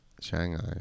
Shanghai